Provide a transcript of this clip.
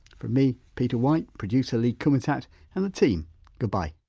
from me, peter white, producer lee kumutat and the team goodbye